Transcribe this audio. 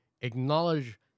acknowledge